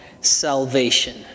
salvation